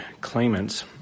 claimants